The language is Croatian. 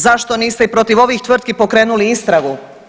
Zašto niste i protiv ovih tvrtki pokrenuli istragu?